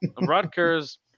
Rutgers